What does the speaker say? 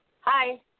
Hi